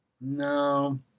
no